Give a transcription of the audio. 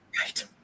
Right